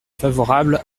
favorable